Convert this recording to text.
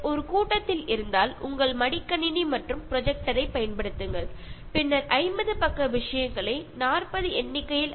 ഒരു മീറ്റിങ്ങിൽ ആണെങ്കിൽ നിങ്ങൾക്ക് ഒരു ലാപ്ടോപ്പും പ്രൊജക്ടറും ഉപയോഗിച്ച് എല്ലാം ഒരു സ്ക്രീനിൽ കാണിക്കാവുന്നതാണ്